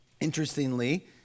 Interestingly